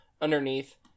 underneath